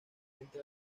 entre